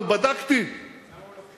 אבל בדקתי, למה הוא לא קנה?